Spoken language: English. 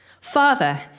Father